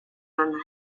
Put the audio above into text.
anna